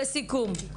תודה